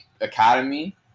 academy